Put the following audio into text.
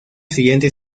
siguiente